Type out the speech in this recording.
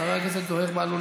חבר הכנסת זוהיר בהלול,